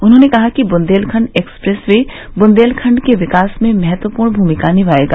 उन्होंने कहा कि बुन्देलखंड एक्सप्रेस वे बुन्देलखंड के विकास में महत्वपूर्ण भूमिका निभायेगा